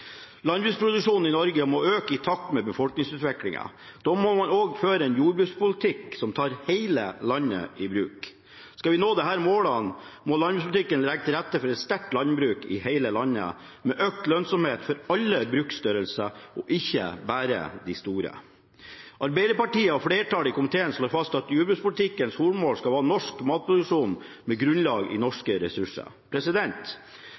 Landbruksproduksjonen i Norge må øke i takt med befolkningsutviklingen. Da må man føre en jordbrukspolitikk som tar hele landet i bruk. Skal vi nå disse målene, må landbrukspolitikken legge til rette for et sterkt landbruk i hele landet, med økt lønnsomhet for alle bruksstørrelser, ikke bare for de store brukene. Arbeiderpartiet og flertallet i komiteen slår fast at jordbrukspolitikkens hovedmål skal være norsk matproduksjon med grunnlag i